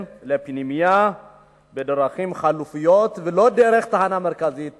לפנימייה בדרכים חלופיות ולא דרך תחנה מרכזית תל-אביב.